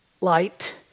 light